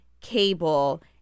cable